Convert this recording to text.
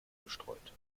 bestreut